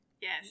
Yes